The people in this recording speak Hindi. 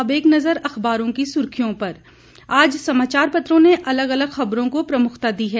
अब एक नज़र अखबारों की सुर्खियों पर आज समाचार पत्रों ने अलग अलग खबरों को प्रमुखता दी है